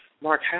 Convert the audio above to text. Mark